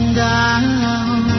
down